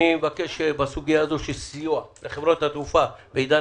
אני מבקש שבסוגיה הזאת סיוע לחברות התעופה בעידן